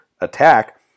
attack